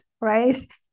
Right